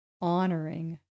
honoring